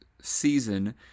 season